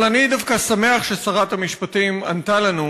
אבל אני דווקא שמח ששרת המשפטים ענתה לנו,